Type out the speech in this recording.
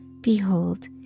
behold